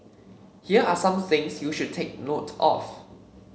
here are some things you should take note of